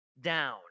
down